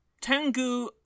Tengu